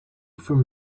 from